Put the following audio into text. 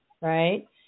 right